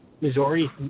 Missouri